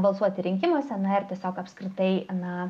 balsuoti rinkimuose ar tiesiog apskritai na